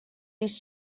лишь